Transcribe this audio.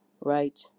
right